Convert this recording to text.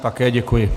Také děkuji.